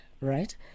right